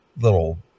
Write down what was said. little